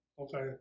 Okay